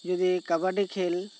ᱡᱩᱫᱤ ᱠᱟᱵᱟᱰᱤ ᱠᱷᱮᱞ